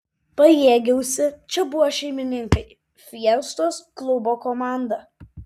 pajėgiausi čia buvo šeimininkai fiestos klubo komanda